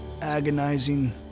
agonizing